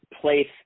place